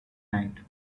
night